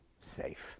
safe